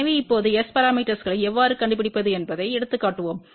எனவே இப்போது S பரமீட்டர்ஸ்களை எவ்வாறு கண்டுபிடிப்பது என்பதை எடுத்துக்காட்டுவோம்